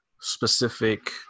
specific